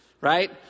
right